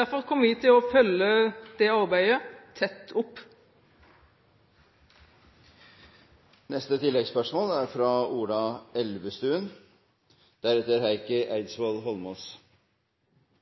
Derfor kommer vi til å følge det arbeidet tett opp. Ola Elvestuen – til oppfølgingsspørsmål. Jeg vil gjerne følge opp det siste spørsmålet fra